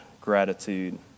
gratitude